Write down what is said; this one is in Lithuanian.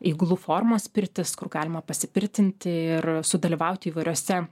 iglu formos pirtis kur galima pasipirtinti ir sudalyvauti įvairiose